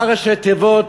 מה ראשי התיבות